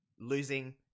losing